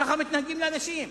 ככה מתנהגים לאנשים,